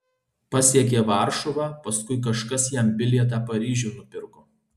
pasiekė varšuvą paskui kažkas jam bilietą paryžiun nupirko